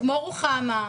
כמו רוחמה,